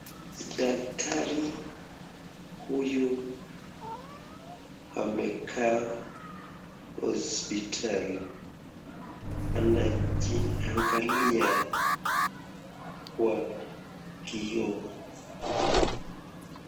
Daktari huyu amekaa hospitali. Anajiangalia kwa kioo.